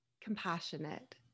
compassionate